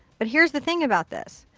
but here's the thing about this,